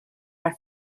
our